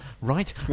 Right